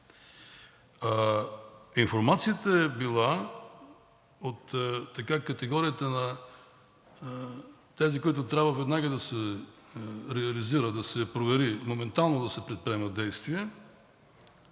Информацията е била от категорията на тези, които трябва веднага да се реализират, да се проверят и моментално да се предприемат действия,